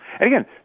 again